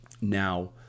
Now